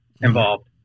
involved